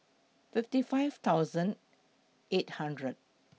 fifty five thousand eight hundred